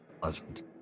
Pleasant